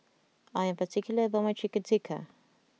I am particular about my Chicken Tikka